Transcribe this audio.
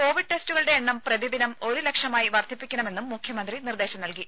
Covid ടെസ്റ്റുകളുടെ എണ്ണം പ്രതിദിനം ഒരു ലക്ഷമായി വർധിപ്പിക്കണമെന്നും മുഖ്യമന്ത്രി നിർദേശം നൽകി